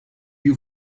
you